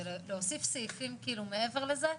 זה להוסיף סעיפים מעבר לזה.